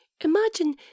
imagine